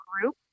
group